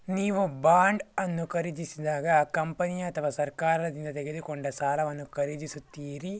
ನೀವು ಬಾಂಡ್ ಅನ್ನು ಖರೀದಿಸಿದಾಗ ಕಂಪನಿ ಅಥವ ಸರ್ಕಾರದಿಂದ ತೆಗೆದುಕೊಂಡ ಸಾಲವನ್ನು ಖರೀದಿಸುತ್ತೀರಿ